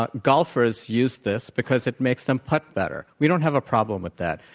but golfers use this because it makes them putt better. we don't have a problem with that.